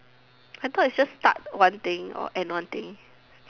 I thought it's just start one thing or end one thing